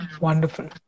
wonderful